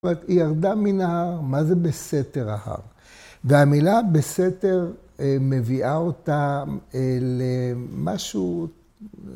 ‫היא ירדה מן ההר, ‫מה זה בסתר ההר? ‫והמילה בסתר מביאה אותם ‫למשהו...